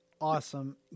Awesome